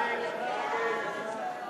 ההצעה